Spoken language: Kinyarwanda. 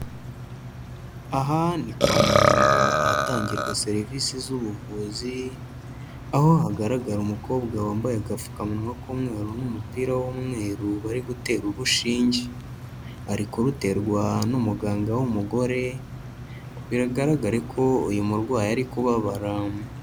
Aha ni kwa muganga ahatangirwa serivisi z'ubuvuzi, aho hagaragara umukobwa wambaye agapfukamunwa k'umweru n'umupira w'umweru bari gutera urushinge. Ari kuruterwa n'umuganga w'umugore, biragaragare ko uyu murwayi ari kubabara.